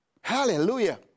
hallelujah